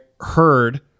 heard